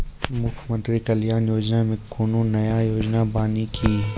मुख्यमंत्री कल्याण योजना मे कोनो नया योजना बानी की?